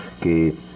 que